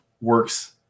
works